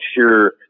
sure